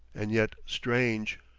and yet strange.